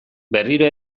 berriro